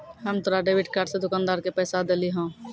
हम तोरा debit card से दुकानदार के पैसा देलिहों